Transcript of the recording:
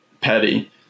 Petty